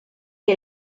que